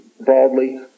broadly